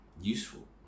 useful